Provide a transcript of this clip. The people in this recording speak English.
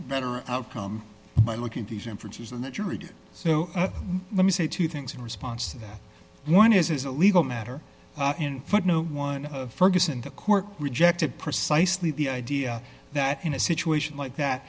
better outcome by looking at these inferences and the jury did so let me say two things in response to that one is a legal matter in footnote one of ferguson the court rejected precisely the idea that in a situation like that